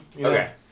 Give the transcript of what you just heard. Okay